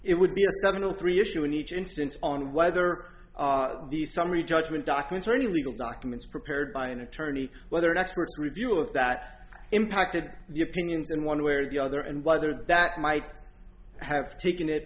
it would be seventy three issue in each instance on whether these summary judgment documents were legal documents prepared by an attorney whether experts review if that impacted the opinions in one way or the other and whether that might have taken it